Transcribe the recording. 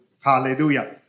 hallelujah